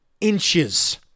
inches